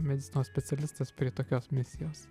medicinos specialistas prie tokios misijos